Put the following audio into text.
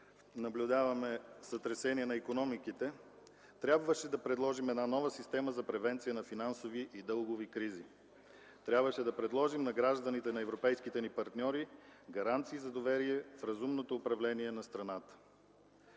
наблюдаваме сътресения на икономиките, трябваше да предложим една нова система за превенция на финансови и дългови кризи, трябваше да предложим на гражданите на европейските ни партньори гаранции за доверие в разумното управление на страната.